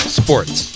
sports